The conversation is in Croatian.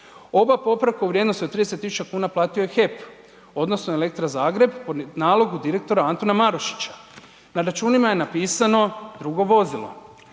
Oba popravka u vrijednosti od 30 tisuća platio je HEP, odnosno Elektra Zagreb po nalogu direktora Antuna Marošića. Na računima je napisalo drugo vozilo.